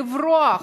לברוח,